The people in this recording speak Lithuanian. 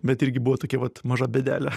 bet irgi buvo tokia vat maža bėdelė